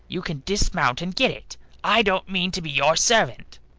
you can dismount and get it i don't mean to be your servant.